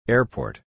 Airport